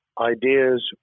Ideas